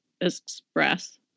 express